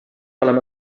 oleme